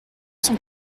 cent